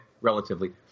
relatively